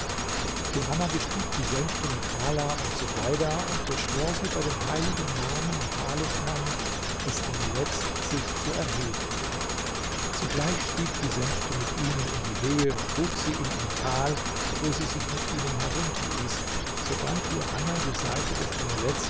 johanna bestieg die sänfte mit ala und subeida und beschwor sie bei dem heiligen namen und talisman des amuletts sich zu erheben sogleich stieg die sänfte mit ihnen in die höhe und trug sie in ein tal wo sie sich mit ihnen herunterließ sobald johanna die seite des amuletts